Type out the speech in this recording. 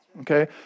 okay